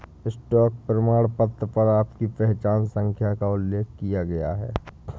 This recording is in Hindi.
स्टॉक प्रमाणपत्र पर आपकी पहचान संख्या का उल्लेख किया गया है